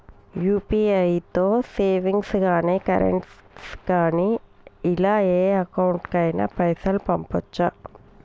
UPI తో savings గాని current గాని ఇలా ఏ అకౌంట్ కైనా పైసల్ పంపొచ్చా?